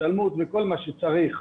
השתלמות וכל מה שצריך,